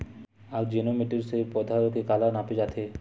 आकजेनो मीटर से पौधा के काला नापे जाथे?